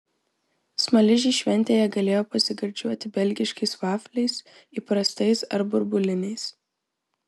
smaližiai šventėje galėjo pasigardžiuoti belgiškais vafliais įprastais ar burbuliniais